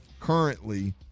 Currently